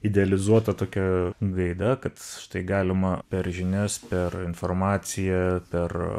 idealizuota tokia gaida kad štai galima per žinias per informaciją per